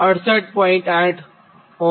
8 Ω છે